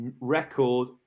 record